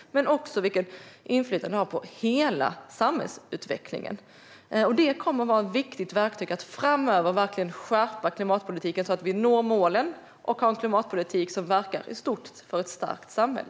Man kommer också att granska vilket inflytande som detta har på hela samhällsutvecklingen. Det kommer att vara ett viktigt verktyg för att framöver verkligen skärpa klimatpolitiken för att vi ska nå målen och för att vi ska ha en klimatpolitik som verkar för ett starkt samhälle.